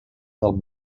del